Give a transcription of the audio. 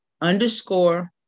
underscore